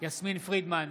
יסמין פרידמן,